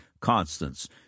constants